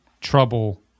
trouble